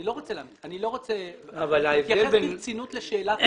אני לא רוצה להתייחס ברצינות לשאלה כזאת.